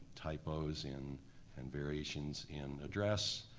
typos in and variations in address,